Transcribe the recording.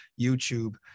YouTube